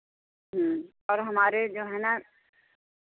और हमारे जो है ना